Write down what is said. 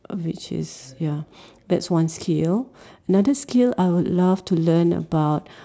uh which is ya that's one skill another skill I would love to learn about